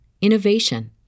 innovation